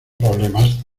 problemas